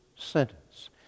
sentence